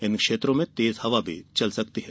इन क्षेत्रों में तेज हवा भी चल सकती है